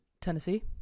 Tennessee